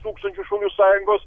tūkstančių šaulių sąjungos